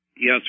Yes